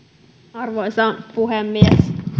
arvoisa puhemies